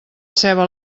ceba